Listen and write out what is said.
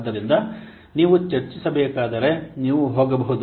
ಆದ್ದರಿಂದ ನೀವು ಚರ್ಚಿಸಲುಬೇಕಾದರೆ ನೀವು ಹೋಗಬಹುದು